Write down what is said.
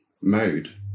mode